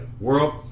World